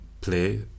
play